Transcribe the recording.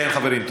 כן, חברים.